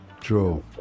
True